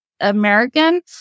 American